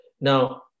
Now